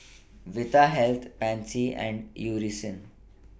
Vitahealth Pansy and Eucerin